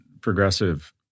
progressive